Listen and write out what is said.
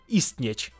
istnieć